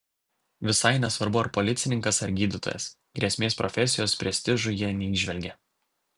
visai nesvarbu ar policininkas ar gydytojas grėsmės profesijos prestižui jie neįžvelgia